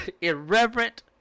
irreverent